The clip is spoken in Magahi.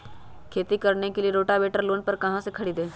खेती करने के लिए रोटावेटर लोन पर कहाँ से खरीदे?